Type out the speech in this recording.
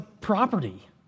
property